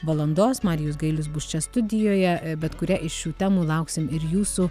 valandos marijus gailius bus čia studijoje bet kuria iš šių temų lauksim ir jūsų